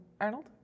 Arnold